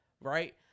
right